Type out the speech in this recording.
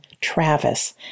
Travis